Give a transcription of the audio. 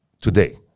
Today